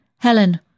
Helen